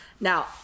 Now